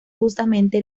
justamente